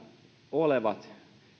olevat